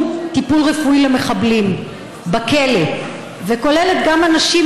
טיפול רפואי למחבלים בכלא וכוללת גם אנשים,